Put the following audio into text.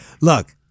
look